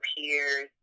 peers